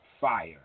fire